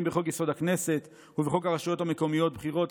בחוק-יסוד: הכנסת ובחוק הרשויות המקומיות (בחירות),